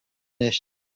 nicht